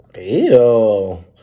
Ew